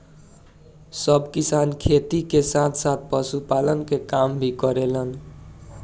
सब किसान खेती के साथ साथ पशुपालन के काम भी करेलन